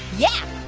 yeah,